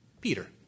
Peter